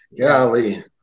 golly